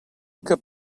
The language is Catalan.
que